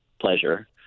pleasure